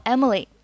Emily